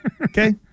Okay